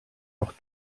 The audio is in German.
noch